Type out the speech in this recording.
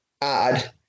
add